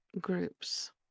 group's